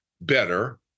better